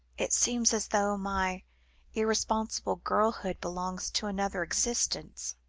it seems as though my irresponsible girlhood belongs to another existence,